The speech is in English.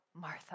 Martha